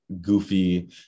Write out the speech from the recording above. goofy